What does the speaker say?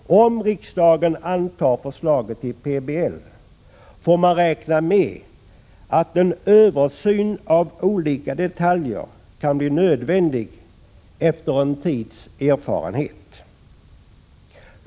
Om riksdagen antar förslaget till PBL, får man räkna med att en översyn av olika detaljer kan bli nödvändig efter en tids erfarenheter.